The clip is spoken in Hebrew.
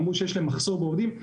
אמרו שיש להם מחסור בעובדים.